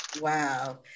Wow